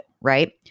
right